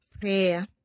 Prayer